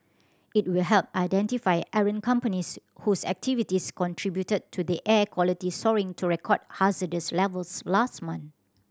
it will help identify errant companies whose activities contributed to the air quality soaring to record hazardous levels last month